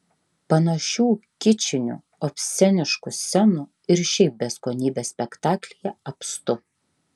panašių kičinių obsceniškų scenų ir šiaip beskonybės spektaklyje apstu